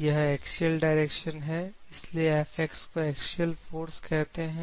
यह axial direction है इसीलिए Fx को एक्सियल फोर्स कहते हैं